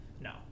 No